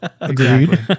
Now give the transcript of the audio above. Agreed